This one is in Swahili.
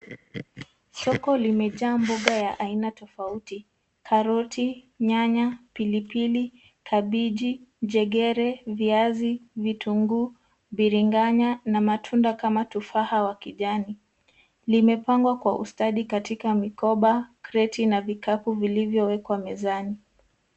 Soko limejaa mboga ya aina tofauti karoti, nyanya, pilipili, kabichi, njegere, viazi, vitunguu, biringanya na matunda kama tofaha wa kijani limepangwa kwa ustadi katika mikoba kreti na vikapu vilivyowekwa mezani.